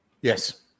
Yes